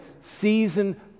season